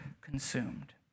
consumed